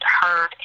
heard